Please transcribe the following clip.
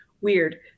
weird